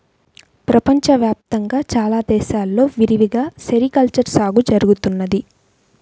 ప్రపంచ వ్యాప్తంగా చాలా దేశాల్లో విరివిగా సెరికల్చర్ సాగు జరుగుతున్నది